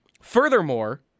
furthermore